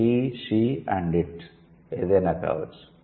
'he she and it' he she and it ఏదైనా కావచ్చు